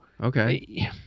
okay